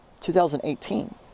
2018